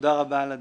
תודה רבה על הדיון.